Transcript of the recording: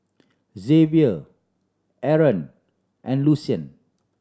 Xavier Aron and Lucien